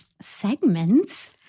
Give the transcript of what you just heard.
segments